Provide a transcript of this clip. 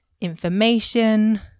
information